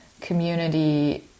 community